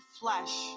flesh